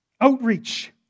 Outreach